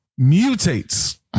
mutates